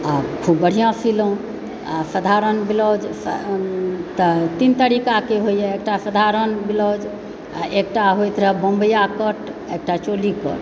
आ खुब बढ़िआँ सिलहुँ आ साधारण ब्लाउज तऽ तीन तरीकाके होइए एकटा साधारण ब्लाउज आ एकटा होइत रहय बम्बइया कट आ एकटा चोली कट